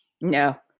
No